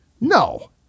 No